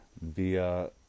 via